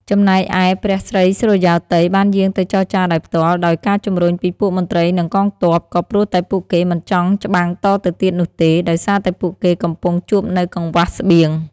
ចំណែកឯព្រះស្រីសុរិយោទ័យបានយាងទៅចរចារដោយផ្ទាល់ ដោយការជម្រុញពីពួកមន្ត្រីនិងកងទ័ព ក៏ព្រោះតែពួកគេមិនចង់ច្បាំងតទៅទៀតនោះទេ ដោយសារតែពួកគេកំពុងជួបនូវកង្វះស្បៀង។